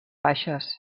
baixes